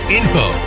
info